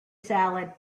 salad